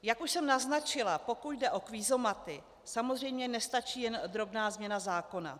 Jak už jsem naznačila, pokud jde o kvízomaty, samozřejmě nestačí jen drobná změna zákona.